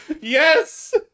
yes